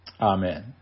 Amen